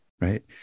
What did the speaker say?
right